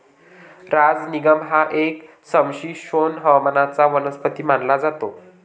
राजनिगंध हा एक समशीतोष्ण हवामानाचा वनस्पती मानला जातो